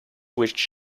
which